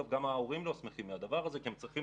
גם ההורים לא שמחים מדבר הזה כי הם צריכים